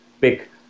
pick